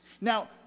Now